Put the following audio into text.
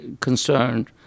concerned